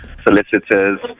Solicitors